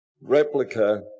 replica